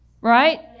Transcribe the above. Right